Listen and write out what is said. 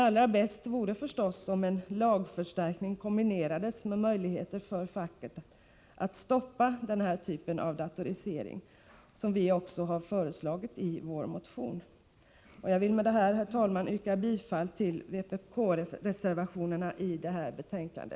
Allra bäst vore förstås om en lagförstärkning kombinerades med möjligheter för facket att stoppa den här typen av datorisering, vilket vi också har föreslagit i vår motion. Jag ber med detta, herr talman, att få yrka bifall till vpk-reservationerna i arbetsmarknadsutskottets betänkande.